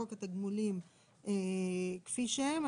בחוק התגמולים כפי שהם,